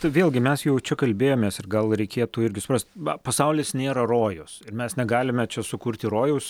vėlgi mes jau čia kalbėjomės ir gal reikėtų irgi suprast pasaulis nėra rojus ir mes negalime čia sukurti rojaus